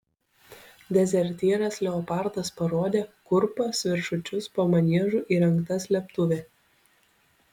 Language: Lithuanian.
dezertyras leopardas parodė kur pas viršučius po maniežu įrengta slėptuvė